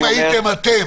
אם היית אתה,